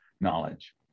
knowledge